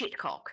Shitcock